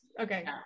Okay